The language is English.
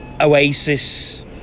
Oasis